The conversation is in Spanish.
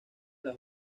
las